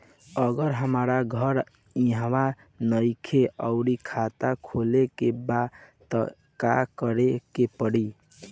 अगर हमार घर इहवा नईखे आउर खाता खोले के बा त का करे के पड़ी?